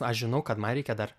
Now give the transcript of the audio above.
aš žinau kad man reikia dar